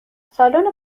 سالن